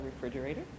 refrigerator